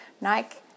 Nike